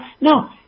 No